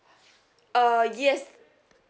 uh yes